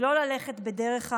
ולא ללכת בדרך ההמונים,